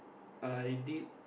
i did